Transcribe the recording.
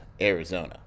Arizona